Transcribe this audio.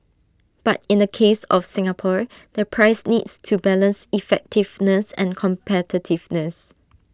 but in the case of Singapore the price needs to balance effectiveness and competitiveness